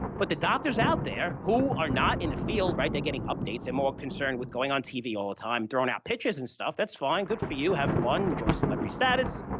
but the doctors out there, who are not in the field, right? they're getting updates and more concerned with going on tv all the time, throwing out pictures and stuff, that's fine, good for you have fun, enjoy celebrity status,